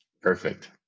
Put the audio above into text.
Perfect